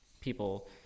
people